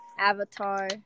Avatar